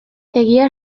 egia